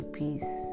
peace